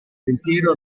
pensiero